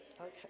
Okay